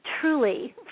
truly